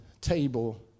table